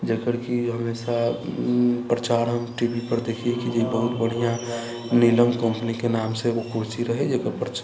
जकर कि हमेशा प्रचार हम टी वी पर देखिए कि जे बहुत बढ़िआँ नीलम कम्पनीके नामसँ ओ कुर्सी रहै जकर प्रचार